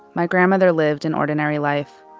my grandmother lived an ordinary life.